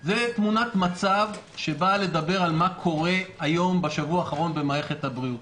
זה תמונת מצב שמדברת על מה שקורה בשבוע האחרון במערכת הבריאות.